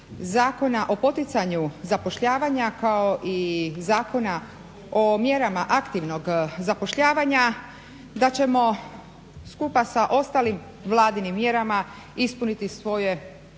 Zakona o poticanju zapošljavanja kao i Zakona o mjerama aktivnog zapošljavanja da ćemo skupa sa ostalim Vladinim mjerama ispuniti svoje